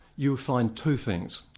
you'll find two things.